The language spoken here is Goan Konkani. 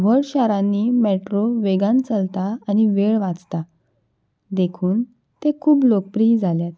व्हड शारांनी मेट्रो वेगान चलता आनी वेळ वाचता देखून ते खूब लोकप्रिय जाल्यात